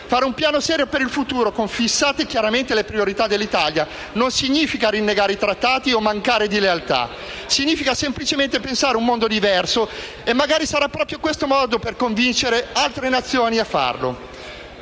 Fare un piano serio per il futuro, fissando chiaramente quali sono le priorità dell'Italia, non significa rinnegare i trattati o mancare di lealtà; significa semplicemente pensare un mondo diverso e magari sarà questo un modo per convincere altre Nazioni a farlo.